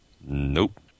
Nope